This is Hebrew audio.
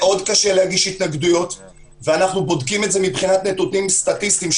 מאוד קשה להגיש התנגדויות ואנחנו בודקים את זה מבחינת נתונים סטטיסטיים,